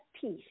peace